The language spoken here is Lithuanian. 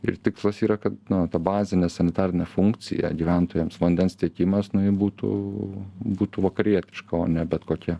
ir tikslas yra kad na ta bazinė sanitarinė funkcija gyventojams vandens tiekimas na ji butų būtų vakarietiška o ne bet kokia